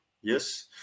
Yes